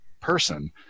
person